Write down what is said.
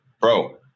bro